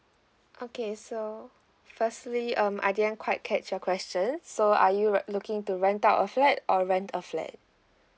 okay so firstly um I didn't quite catch your questions so are you re~ looking to rent out a flat or rent a flat